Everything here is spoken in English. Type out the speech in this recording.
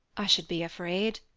i should be afraid.